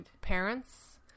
parents